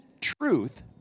truth